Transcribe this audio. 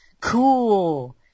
cool